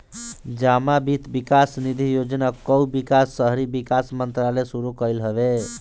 जमा वित्त विकास निधि योजना कअ विकास शहरी विकास मंत्रालय शुरू कईले हवे